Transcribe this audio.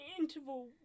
interval